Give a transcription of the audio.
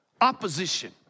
opposition